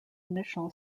initial